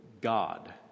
God